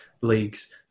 leagues